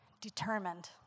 determined